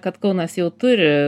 kad kaunas jau turi